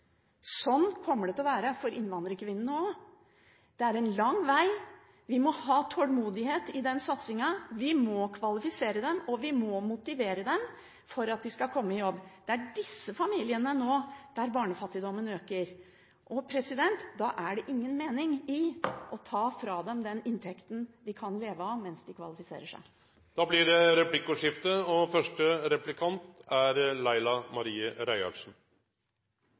Sånn kommer det til å være for innvandrerkvinnene også. Det er en lang veg, vi må ha tålmodighet i den satsingen, vi må kvalifisere dem, og vi må motivere dem for at de skal komme i jobb. Det er i disse familiene barnefattigdommen øker, og da er det ingen mening i å ta fra dem den inntekten de kan leve av mens de kvalifiserer seg. Det blir replikkordskifte. SV er sikkert einig i at det er viktig med førebygging. Ekstra viktig er